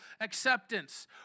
acceptance